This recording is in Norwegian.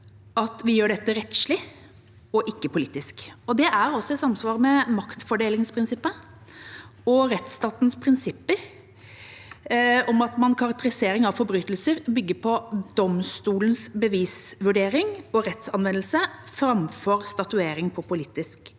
at vi gjør dette rettslig og ikke politisk. Det er også i samsvar med maktfordelingsprinsippet og rettstatens prinsipper om at karakterisering av forbrytelser bygger på domstolens bevisvurdering og rettsanvendelse framfor statuering på politisk